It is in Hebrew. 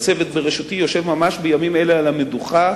והצוות בראשותי יושב ממש בימים אלה על המדוכה